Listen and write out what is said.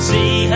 See